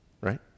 Right